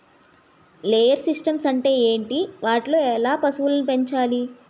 Layer systems అంటే ఏంటి? వాటిలో ఎలా పశువులను పెంచాలి?